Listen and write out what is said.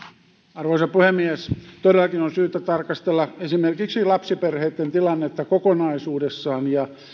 arvoisa puhemies todellakin on syytä tarkastella esimerkiksi lapsiperheitten tilannetta kokonaisuudessaan